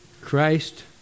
Christ